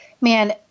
Man